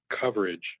coverage